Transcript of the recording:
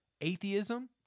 atheism